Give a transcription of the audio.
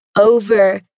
over